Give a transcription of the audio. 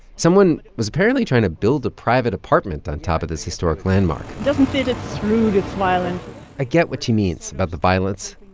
someone was apparently trying to build a private apartment on top of this historic landmark doesn't fit it's rude. it's violent i get what she means about the violence.